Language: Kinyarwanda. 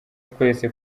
twese